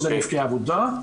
שזה נפגעי עבודה.